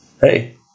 hey